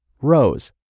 rows